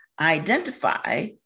identify